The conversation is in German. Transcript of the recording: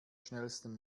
schnellsten